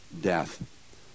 death